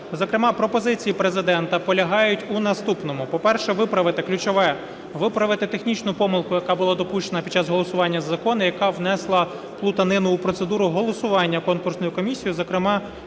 Зокрема, пропозиції Президента полягають у наступному: по-перше, виправити ключове, виправити технічну помилку, яка була допущена під час голосування за закон, яка внесла плутанину у процедуру голосування конкурсної комісії, зокрема